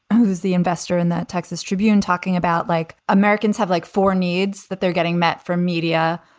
who the investor in that texas tribune talking about, like americans have like four needs, that they're getting met from media.